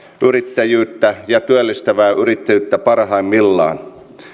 yrittäjyyttä ja työllistävää yrittäjyyttä parhaimmillaan